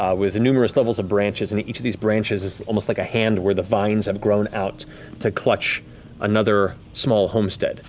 ah with numerous levels of branches, and each of these branches is like a hand where the vines have grown out to clutch another small homestead,